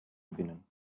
gewinnen